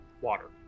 water